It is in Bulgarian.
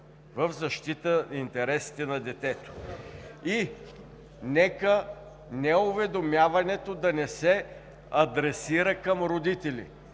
„в защита на интересите на детето“ и нека неуведомяването да не се адресира към родители.